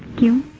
you